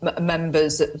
members